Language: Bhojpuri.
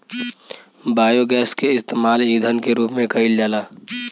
बायोगैस के इस्तेमाल ईधन के रूप में कईल जाला